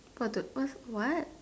what do what's what